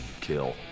kill